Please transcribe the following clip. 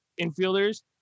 infielders